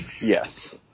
Yes